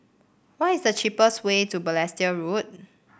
what is the cheapest way to Balestier Road